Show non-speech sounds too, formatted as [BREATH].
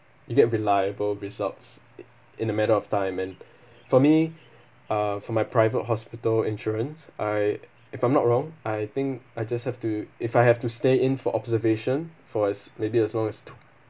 you get reliable results [NOISE] in a matter of time and [BREATH] for me uh for my private hospital insurance I if I'm not wrong I think I just have to if I have to stay in for observation for as maybe as long as